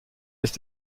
ist